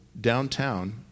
downtown